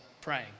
praying